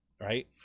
right